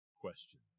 question